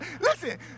Listen